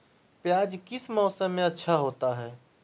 प्याज किस मौसम में अच्छा होता है?